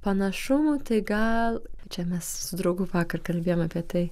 panašumų tai gal čia mes su draugu vakar kalbėjom apie tai